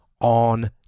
on